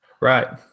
right